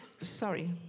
Sorry